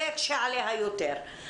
זה יקשה עליה יותר.